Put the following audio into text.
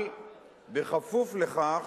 אבל כפוף לכך